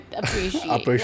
appreciate